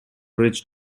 ridge